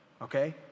okay